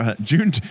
June